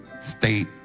state